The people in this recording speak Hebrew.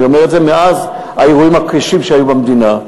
אני אומר את זה מאז האירועים הקשים שהיו במדינה.